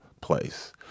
place